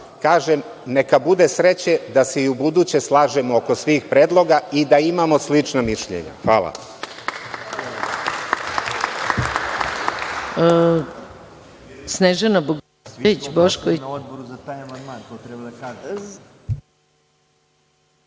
kažem, neka bude sreće da se i ubuduće slažemo oko svih predloga i da imamo slična mišljenja. Hvala.